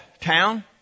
town